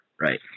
Right